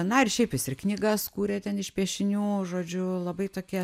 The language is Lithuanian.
na ir šiaip jis ir knygas kūrė ten iš piešinių žodžiu labai tokie